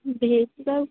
ଭେଜ୍ରେ ଆଉ